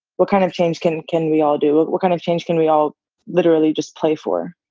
what kind of change can can we all do? what kind of change can we all literally just play for?